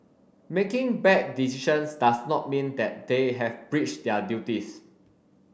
making bad decisions does not mean that they have breached their duties